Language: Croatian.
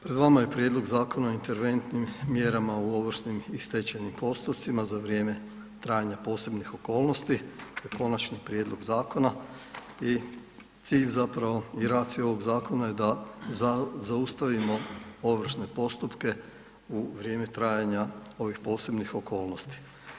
Pred vama je Prijedlog zakona o interventnim mjerama u ovršnim i stečajnim postupcima za vrijeme trajanja posebnih okolnosti, te Konačni prijedlog zakona i cilj zapravo i racija ovog zakona je da zaustavimo ovršne postupke u vrijeme trajanja ovih posebnih okolnosti.